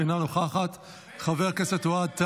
אתה צבוע, חנפן עלוב.